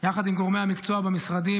יחד עם גורמי המקצוע במשרדים,